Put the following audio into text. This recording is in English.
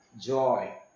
joy